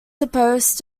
supposed